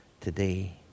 today